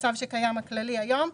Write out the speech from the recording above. בצו שקיים הכללי היום,